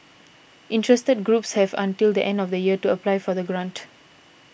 interested groups have until the end of the year to apply for the grant